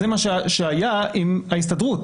זה מה שהיה עם ההסתדרות